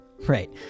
right